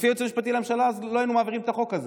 לפי הייעוץ המשפטי לממשלה לא היינו מעבירים את החוק הזה.